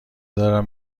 دارم